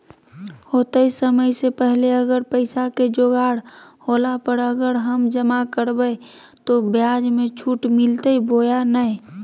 होतय समय से पहले अगर पैसा के जोगाड़ होला पर, अगर हम जमा करबय तो, ब्याज मे छुट मिलते बोया नय?